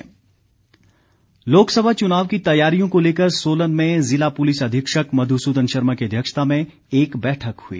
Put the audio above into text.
Solan police लोकसभा चुनाव की तैयारियों को लेकर सोलन में जिला पुलिस अधीक्षक मध्सदन शर्मा की अध्यक्षता में एक बैठक हुई